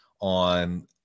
on